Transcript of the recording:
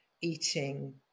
eating